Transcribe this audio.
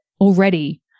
already